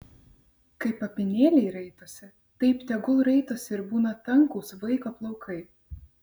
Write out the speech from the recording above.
kaip apynėliai raitosi taip tegul raitosi ir būna tankūs vaiko plaukai